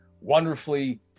wonderfully